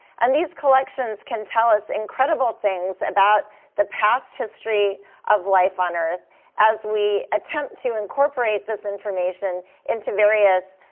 and these collections can tell us incredible things about the past history of life on earth as we attempt to incorporate this information into various